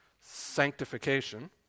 sanctification